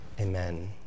Amen